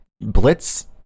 blitz